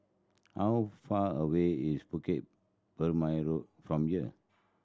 how far away is Bukit Purmei Road from here